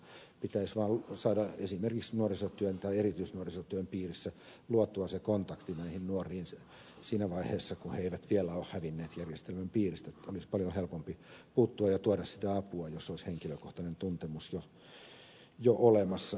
pitäisi vaan saada esimerkiksi nuorisotyön tai erityisnuorisotyön piirissä luotua se kontakti näihin nuoriin siinä vaiheessa kun he eivät vielä ole hävinneet järjestelmän piiristä että olisi paljon helpompi puuttua ja tuoda sitä apua jos olisi henkilökohtainen tuntemus jo olemassa aiemmin